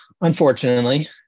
unfortunately